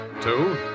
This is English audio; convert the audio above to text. two